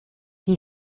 die